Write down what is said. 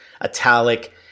italic